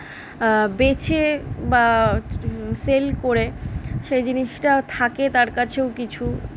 বেচে বা সেল করে সে জিনিসটা থাকে তার কাছেও কিছু